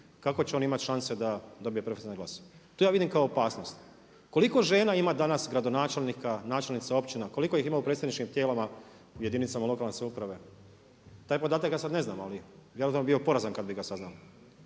kako će on imati šanse da dobije preferencijalni glas. Tu ja vidim kao opasnost. Koliko žena ima danas gradonačelnika, načelnica općina, koliko ih ima u predstavničkim tijelima, u jedinicama lokalne samouprave. Taj podatak ja sad ne znam, ali vjerojatno bi bio porazan kad bi ga saznali.